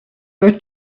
were